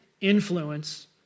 influence